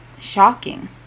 shocking